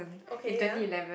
okay ya